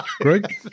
Greg